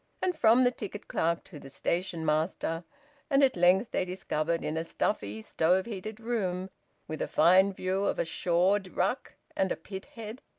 and from the ticket clerk to the stationmaster and at length they discovered, in a stuffy stove-heated room with a fine view of a shawd-ruck and a pithead,